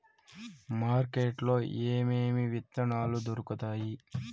market లో ఏమేమి విత్తనాలు దొరుకుతాయి